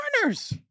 corners